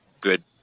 Good